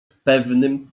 pewnym